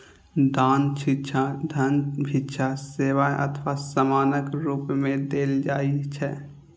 दान शिक्षा, धन, भिक्षा, सेवा अथवा सामानक रूप मे देल जाइ छै